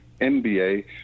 NBA